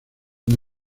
una